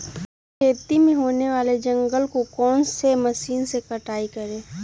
खेत में होने वाले जंगल को कौन से मशीन से कटाई करें?